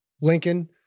Lincoln